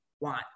want